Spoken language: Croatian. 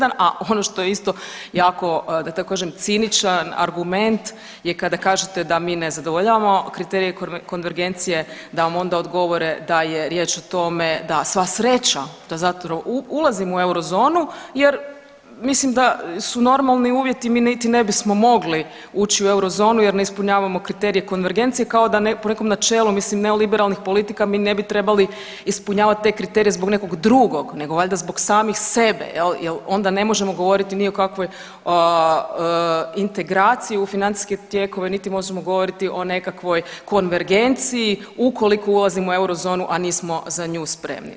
A ono što je isto da tako kažem ciničan argument je kada kažete da mi ne zadovoljavamo kriterije konvergencije, da vam onda odgovore da je riječ o tome da sva sreća da zato ulazimo u eurozonu jer mislim da su normalni uvjeti mi niti ne bismo mogli ući u eurozonu jer ne ispunjavamo kriterije konvergencije kao da po nekom načelu mislim neoliberalnih politika mi ne bi trebali ispunjavati te kriterije zbog nekog drugog, nego valjda zbog samih sebe jer onda ne možemo govoriti ni o kakvoj integraciji u financijske tijekove, niti možemo govoriti o nekakvoj konvergenciji ukoliko ulazimo u eurozonu, a nismo za nju spremni.